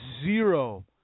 zero